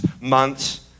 months